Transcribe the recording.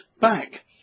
back